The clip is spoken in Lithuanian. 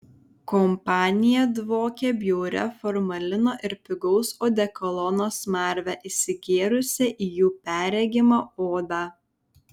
kompanija dvokė bjauria formalino ir pigaus odekolono smarve įsigėrusią į jų perregimą odą